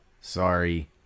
sorry